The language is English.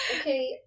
Okay